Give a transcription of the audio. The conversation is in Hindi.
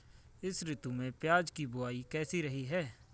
इस ऋतु में प्याज की बुआई कैसी रही है?